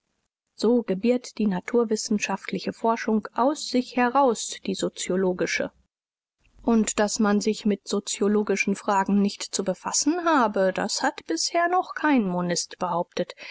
so gebiert die naturwissenschaftliche forschung aus sich heraus die soziologische und daß man sich mit soziolog fragen nicht zu befassen habe das hat bisher noch kein monist behauptet